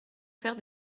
faire